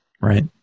Right